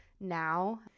now